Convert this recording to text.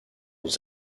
aux